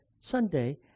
Sunday